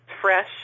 fresh